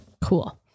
Cool